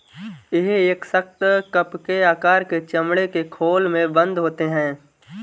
यह एक सख्त, कप के आकार के चमड़े के खोल में बन्द होते हैं